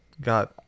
got